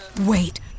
Wait